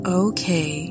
okay